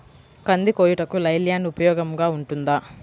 కంది కోయుటకు లై ల్యాండ్ ఉపయోగముగా ఉంటుందా?